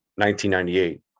1998